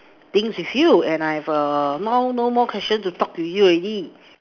things with you and I have err no no more questions to talk to you already